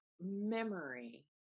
memory